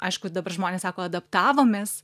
aišku dabar žmonės sako adaptavomės